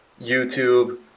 YouTube